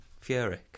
Fury